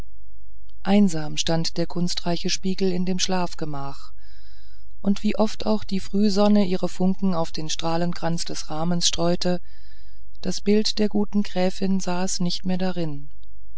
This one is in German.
einsam stand der kunstreiche spiegel in dem schlafgemach und wie oft auch die frühsonne ihre funken auf den stahlkranz des rahmens streute das bild der guten gräfin saß nicht mehr darin